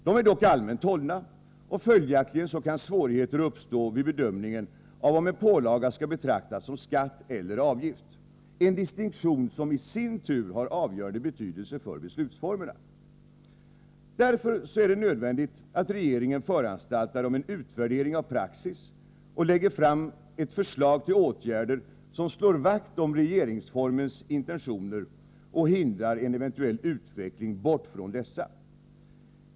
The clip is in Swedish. De är dock allmänt hållna, och följaktligen kan svårigheter uppstå vid bedömningen av om en pålaga skall betraktas som skatt eller avgift — en distinktion som i sin tur har avgörande betydelse för beslutsformerna. Därför är det nödvändigt att regeringen föranstaltar om en utvärdering av praxis och lägger fram ett förslag till åtgärder, som slår vakt om regeringsformens intentioner och hindrar en eventuell utveckling bort från dessa.